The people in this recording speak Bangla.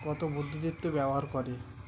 কত বুদ্ধিদীপ্তি ব্যবহার করে